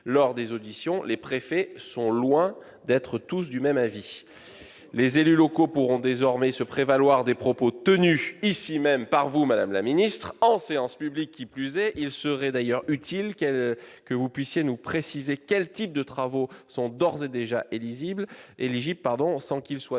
lors des auditions, les préfets sont loin d'être tous du même avis. On leur écrira ! Les élus locaux pourront désormais se prévaloir des propos tenus ici même par vous, madame la ministre, en séance publique, qui plus est. Il serait d'ailleurs utile que vous précisiez quels types de travaux sont d'ores et déjà éligibles, sans qu'il soit